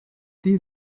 die